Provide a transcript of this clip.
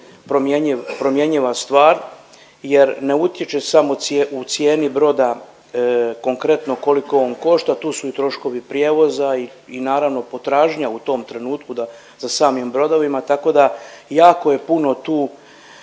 promjenjiva stvar jer ne utječe samo u cijeni broda konkretno koliko on košta. Tu su i troškovi prijevoza i naravno potražnja u tom trenutku za samim brodovima, tako da jako je puno tu